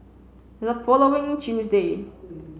the following Tuesday